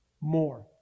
more